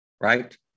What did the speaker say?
Right